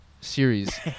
series